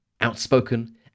outspoken